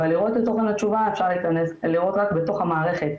אבל לראות את תוכן התשובה אפשר לראות רק בתוך המערכת,